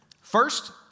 First